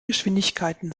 geschwindigkeiten